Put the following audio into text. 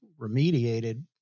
remediated